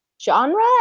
genre